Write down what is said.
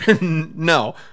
No